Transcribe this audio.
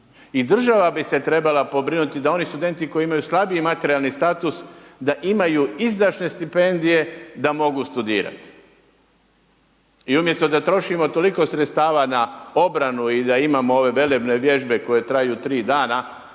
I država bi se trebala pobrinuti da oni studenti koji imaju slabiji materijalni status, da imaju izdašne stipendije da mogu studirati. I umjesto da trošimo toliko sredstava na obranu i da imamo ove velebne vježbe koje traju 3 dana,